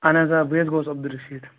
اَہَن حظ آ بٕے حظ گووُس عبدالرشیٖد